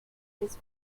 this